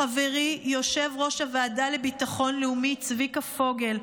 לחברי יושב-ראש הוועדה לביטחון לאומי צביקה פוגל,